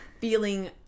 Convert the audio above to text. feeling